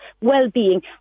well-being